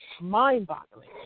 mind-boggling